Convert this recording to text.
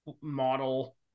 model